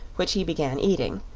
which he began eating,